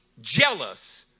jealous